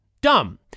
dumb